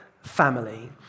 family